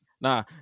Nah